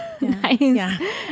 Nice